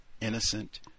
innocent